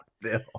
Bill